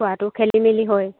খোৱাটো খেলি মেলি হয়